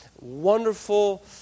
Wonderful